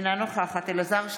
אינה נוכחת אלעזר שטרן,